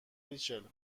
ریچل